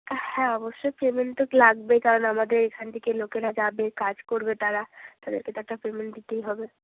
হ্যাঁ অবশ্যই পেমেন্ট তো লাগবেই কারণ আমাদের এখান থেকে লোকেরা যাবে কাজ করবে তারা তাদেরকে তো একটা পেমেন্ট দিতেই হবে